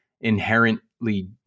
inherently